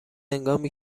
هنگامی